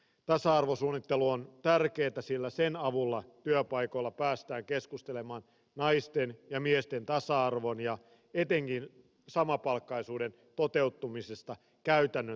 tasa arvosuunnittelu on tärkeätä sillä sen avulla työpaikoilla päästään keskustelemaan naisten ja miesten tasa arvon ja etenkin samapalkkaisuuden toteutumisesta käytännön tasolla